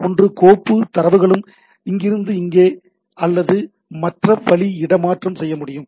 ஒன்று கோப்பு தரவுகளும் இங்கிருந்து இங்கே அல்லது மற்ற வழி இட மாற்றம் செய்ய முடியும்